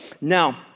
Now